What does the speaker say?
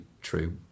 true